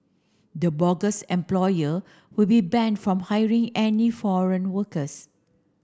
the bogus employer will be banned from hiring any foreign workers